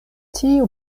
tiu